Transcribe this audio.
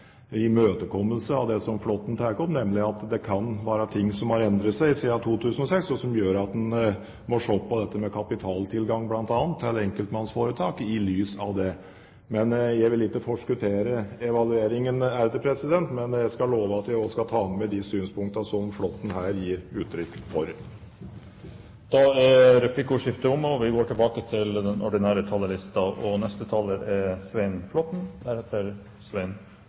imøtekommelse av det Flåtten tar opp, nemlig at det kan være ting som har endret seg siden 2006, og som gjør at en må se på dette med kapitaltilgang bl.a. til enkeltmannsforetak i lys av det. Jeg vil ikke forskuttere evalueringen, men jeg skal love at jeg også skal ta med meg de synspunktene som Flåtten her gir uttrykk for. Replikkordskiftet er omme. De talerne som heretter får ordet, har en taletid på inntil 3 minutter. Jeg tror jeg kan bekrefte at det ikke bare er